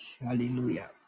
Hallelujah